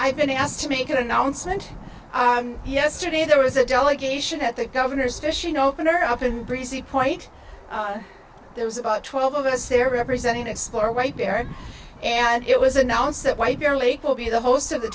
i've been asked to make an announcement yesterday there was a delegation at the governor's fishing opener up in breezy point there was about twelve of us here representing explorer right there and it was announced that white purely will be the host of the